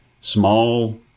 small